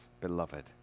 beloved